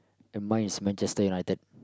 and mine is Manchester-United